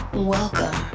Welcome